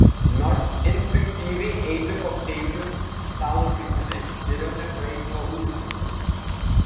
nors instinktyviai eisi kokteilių stalo kryptimi geriau nepraeik pro užkandžius